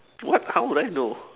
what how would I know